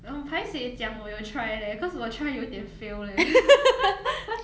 我很 paiseh 讲我有 try leh cause 我 try 有一点 fail leh